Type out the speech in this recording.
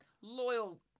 loyal